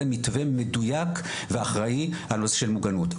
מתווה מדויק ואחראי על נושא של מוגנות,